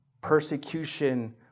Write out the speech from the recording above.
Persecution